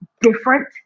different